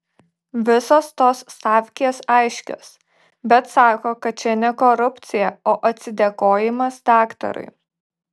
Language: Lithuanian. visos tos stavkės aiškios bet sako kad čia ne korupcija o atsidėkojimas daktarui